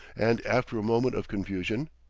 and, after a moment of confusion.